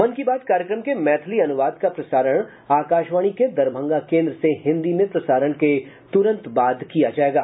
मन की बात कार्यक्रम के मैथिली अनुवाद का प्रसारण आकाशवाणी के दरभंगा केन्द्र से हिन्दी में प्रसारण के तुरंत बाद किया जायेगा